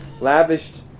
lavished